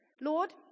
Lord